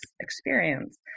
experience